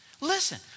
listen